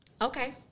okay